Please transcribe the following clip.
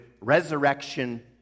resurrection